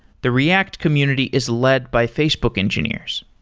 the react community is led by facebook engineers.